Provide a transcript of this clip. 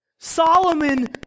Solomon